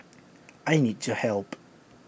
I need your help